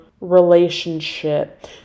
relationship